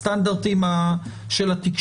הסטנדרט של התקשורת,